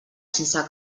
sense